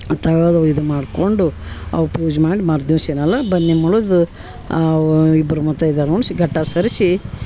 ತೆಗೆದು ಇದು ಮಾಡಿಕೊಂಡು ಅವು ಪೂಜೆ ಮಾಡಿ ಮರು ದಿವ್ಸ ಏನಲ್ಲ ಬನ್ನಿ ಮುಳ್ದು ಇಬ್ಬರು ಮುತೈದೆಯರ್ನ ಉಣಿಸಿ ಗಟ್ಟ ಸರಿಸಿ